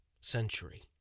century